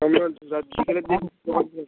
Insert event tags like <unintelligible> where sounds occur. <unintelligible>